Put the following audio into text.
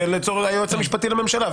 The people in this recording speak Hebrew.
ליועץ המשפטי לממשלה,